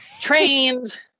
trained